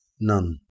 none